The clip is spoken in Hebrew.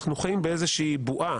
אנחנו חיים באיזושהי בועה.